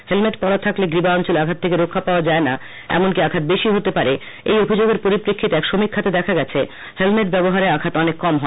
helmet পরা থাকলে গ্রীবা অঞ্চলে আঘাত থেকে রক্ষা পাওয়া যায়না এমন কি আঘাত বেশি হতে পারে এই অভিযোগের পরিপ্রেক্ষিতে এক সমীক্ষাতে দেখা গেছে হেলমেট ব্যবহারে আঘাত অনেক কম হয়